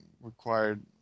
required